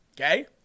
okay